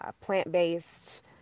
Plant-based